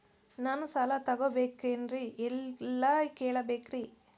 ನಾನು ಸಾಲ ತೊಗೋಬೇಕ್ರಿ ಎಲ್ಲ ಕೇಳಬೇಕ್ರಿ?